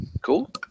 cool